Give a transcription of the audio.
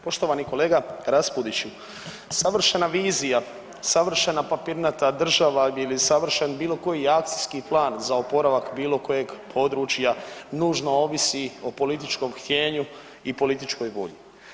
Poštovani kolega Raspudiću, savršena vizija, savršena papirnata država ili savršen bilo koji akcijski plan za oporavak bilo kojeg područja nužno ovisi o političkom htijenju i političkoj volji.